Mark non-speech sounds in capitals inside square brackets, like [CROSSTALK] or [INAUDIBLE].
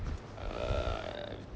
[NOISE]